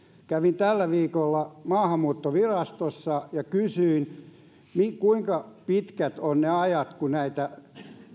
kävin tällä viikolla maahanmuuttovirastossa ja kysyin kuinka pitkät ovat ne ajat kun näitä